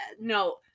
No